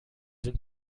sind